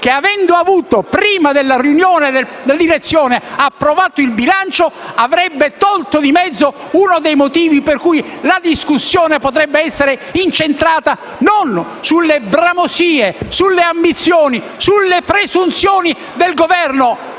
il bilancio prima della riunione della direzione, avrebbe tolto di mezzo uno dei motivi per cui la discussione potrebbe essere incentrata non sulle bramosie, sulle ambizioni, sulle presunzioni del Governo